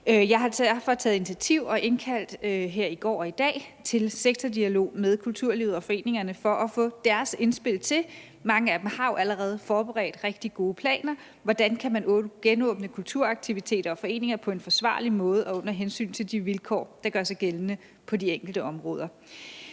Jeg har derfor taget et initiativ og har her i går og i dag indkaldt til sektordialog med kulturlivet og foreningerne for at få deres indspil til – mange af dem har jo allerede forberedt rigtig gode planer – hvordan man kan genåbne kulturaktiviteter og foreninger på en forsvarlig måde under hensyn til de vilkår, der gør sig gældende på de enkelte områder.